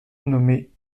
nommée